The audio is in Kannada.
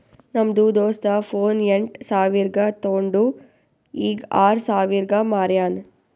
ನಮ್ದು ದೋಸ್ತ ಫೋನ್ ಎಂಟ್ ಸಾವಿರ್ಗ ತೊಂಡು ಈಗ್ ಆರ್ ಸಾವಿರ್ಗ ಮಾರ್ಯಾನ್